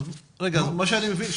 אז מה שאני מבין,